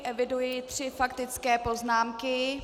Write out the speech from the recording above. Eviduji tři faktické poznámky.